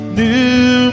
new